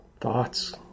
thoughts